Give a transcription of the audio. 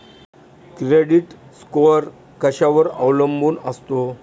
Credit score कशावर अवलंबून असतो?